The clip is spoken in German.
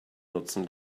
nutzen